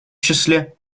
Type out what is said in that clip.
числе